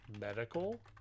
medical